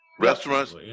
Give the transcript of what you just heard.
Restaurants